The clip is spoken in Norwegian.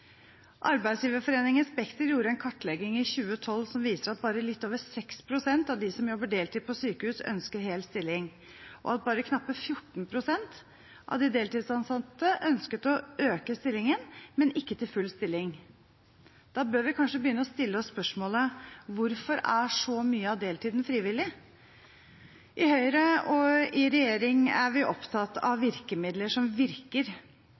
Arbeidsgiverforeningen Spekter gjorde en kartlegging i 2012 som viste at bare litt over 6 pst. av dem som jobber deltid på sykehus, ønsker hel stilling, og at bare knappe 14 pst. av de deltidsansatte ønsket å øke stillingsandelen, men ikke til full stilling. Da bør vi kanskje begynne å stille oss spørsmålet: Hvorfor er så mye av deltiden frivillig? Høyre og regjeringen er vi opptatt av virkemidler som virker.